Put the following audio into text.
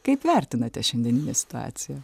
kaip vertinate šiandieninę situaciją